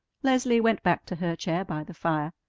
leslie went back to her chair by the fire,